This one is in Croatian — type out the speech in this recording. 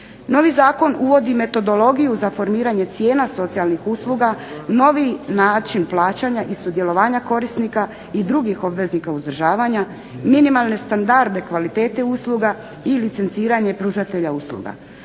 Novi zakon uvodi metodologiju za formiranje cijena socijalnih usluga, novi način plaćanja i sudjelovanja korisnika i drugih obveznika uzdržavanja, minimalne standarde kvalitete usluga ili licenciranje pružatelja usluga.